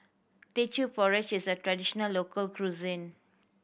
Teochew Porridge is a traditional local cuisine